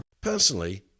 Personally